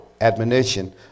admonition